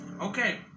Okay